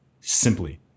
simply